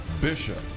Bishop